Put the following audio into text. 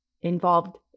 involved